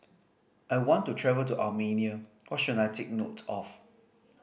I want to travel to Armenia what should I take note of